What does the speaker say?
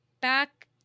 back